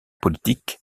politique